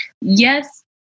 yes